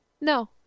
no